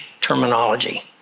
terminology